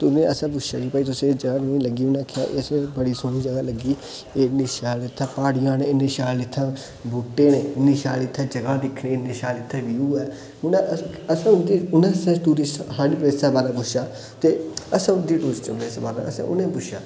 ते उनेई असे पुछेआ निं कि तुसे एह् जगहा कनेई लग्गी उन्नै आखेआ की असेई बड़ी सोह्नी जगहा लग्गी इन्नी शैल इत्थै पाड़ियां न इन्ने शैल इत्थै बुह्टे न इन्नी शैल इत्थै जगहा दिक्खने गी इन्नै शैल इत्थै व्यू ऐ उन ना अस अस ना उंदी उंदे आस्तै टूरिस्ट इसै प्लेसा बारै पुछेआ ते असे उंदी ते असे उनेई पुछेआ ते